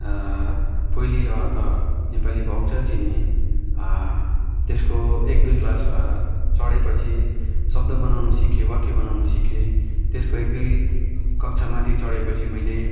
पहिले त नेपालीको अक्षर चिनेँ त्यसको एक दुई क्लास चढेपछि शब्द बनाउनु सिकेँ वाक्य बनाउनु सिकेँ त्यसको एक दुई कक्षा माथि चढेपछि मैले